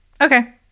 Okay